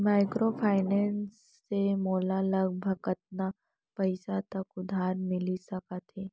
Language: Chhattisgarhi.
माइक्रोफाइनेंस से मोला लगभग कतना पइसा तक उधार मिलिस सकत हे?